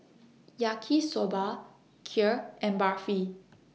Yaki Soba Kheer and Barfi